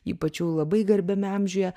ypač jų labai garbiame amžiuje